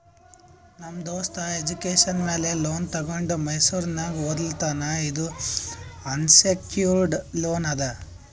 ನಮ್ ದೋಸ್ತ ಎಜುಕೇಷನ್ ಮ್ಯಾಲ ಲೋನ್ ತೊಂಡಿ ಮೈಸೂರ್ನಾಗ್ ಓದ್ಲಾತಾನ್ ಇದು ಅನ್ಸೆಕ್ಯೂರ್ಡ್ ಲೋನ್ ಅದಾ